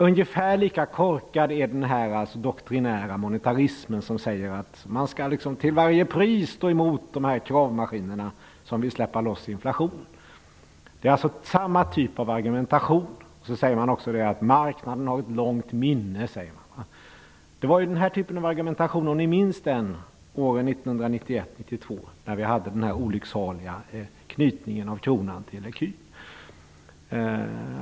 Ungefär lika korkad är den doktrinära monetarismen som säger att man till varje pris skall stå emot de kravmaskiner som vill släppa loss inflationen. Det är alltså samma typ av argumentation. Man säger också att marknaden har ett långt minne. Jag vet inte om ni minns att det var den här typen av argumentation som fördes fram åren 1991-1992, när vi hade den olycksaliga knytningen av kronan till ecun.